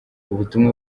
ubutumwa